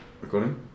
Recording